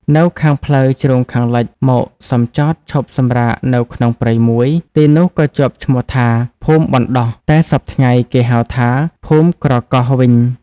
នៅតាមផ្លូវជ្រុងខាងលិចមកសំចតឈប់សម្រាកនៅក្នុងព្រៃមួយ ទីនោះក៏ជាប់ឈ្មោះថា ភូមិបណ្ដោះ តែសព្វថ្ងៃគេហៅថា ភូមិក្រកោះ វិញ ។